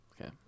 okay